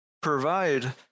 provide